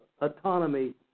autonomy